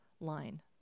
line